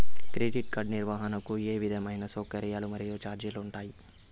Credit card నిర్వహణకు ఏ విధమైన సౌకర్యాలు మరియు చార్జీలు ఉంటాయా?